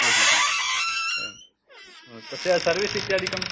हा हा हा एवं तस्य सर्विस् इत्यादिकम्